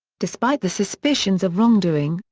despite the suspicions of wrongdoing,